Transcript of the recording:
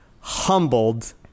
Humbled